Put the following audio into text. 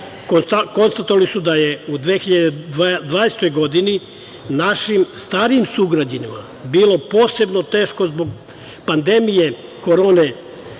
konstatovali su da je u 2020. godini našim starijim sugrađanima bilo posebno teško zbog pandemije korone,